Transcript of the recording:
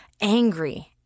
angry